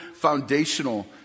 foundational